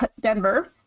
Denver